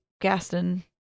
Gaston